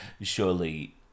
surely